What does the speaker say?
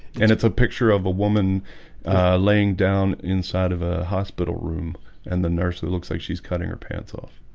and it's a picture of a woman laying down inside of a hospital room and the nurse that looks like she's cutting her pants off